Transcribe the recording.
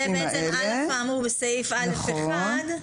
זה בעצם א האמור בסעיף (א1).